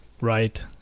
right